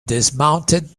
dismounted